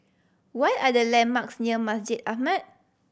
what are the landmarks near Masjid Ahmad